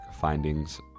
findings